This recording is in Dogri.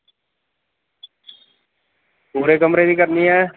पूरे कमरे दी करनी ऐ